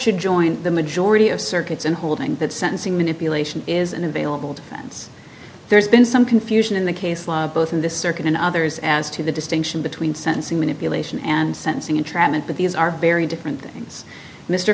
should join the majority of circuits in holding that sentencing manipulation is an available defense there's been some confusion in the case law both in this circuit and others as to the distinction between sentencing manipulation and sentencing entrapment but these are very different things mr